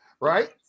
right